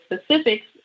specifics